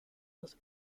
with